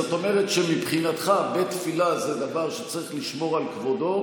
זאת אומרת שמבחינתך בית תפילה זה דבר שצריך לשמור על כבודו,